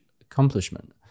accomplishment